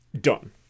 done